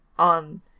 on